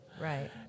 Right